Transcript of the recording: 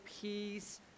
peace